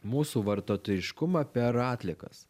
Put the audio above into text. mūsų vartotojiškumą per atliekas